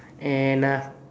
and uh